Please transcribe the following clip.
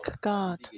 God